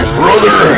brother